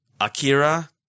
Akira